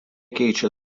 keičia